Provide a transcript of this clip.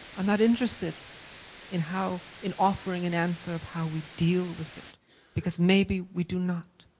i'm not interested in how, in offering an answer of how we deal with it because maybe we do not.